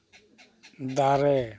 ᱫᱟᱨᱮ